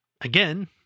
again